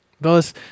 Thus